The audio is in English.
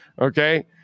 Okay